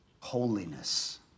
holiness